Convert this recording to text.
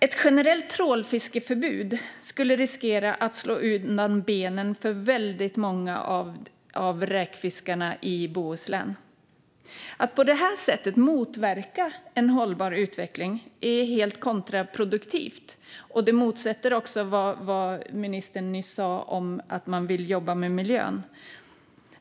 Ett generellt trålfiskeförbud skulle riskera att slå undan benen för många av räkfiskarna i Bohuslän. Att på detta sätt motverka en hållbar utveckling är helt kontraproduktivt, och det motsäger också vad ministern nyss sa om att man vill jobba med miljön.